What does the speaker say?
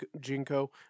Jinko